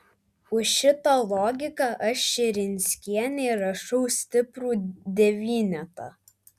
už šitą logiką aš širinskienei rašau stiprų devynetą